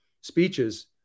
speeches